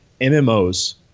MMOs